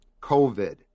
COVID